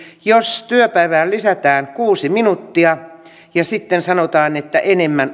jos työpäivään lisätään kuusi minuuttia ja sitten sanotaan että enemmän